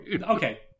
okay